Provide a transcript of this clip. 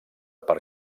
per